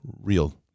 real